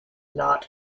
not